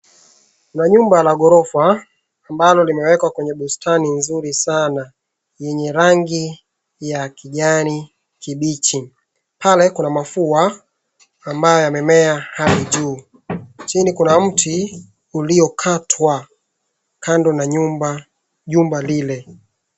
Kuna nyumba la ghorofa ambalo limewekwa kwenye bustani nzuri sana yenye rangi ya kijani kibichi. Pale kuna mafua ambayo yamemea pale juu. Chini kuna mti uliokatwa kando na jumba lile.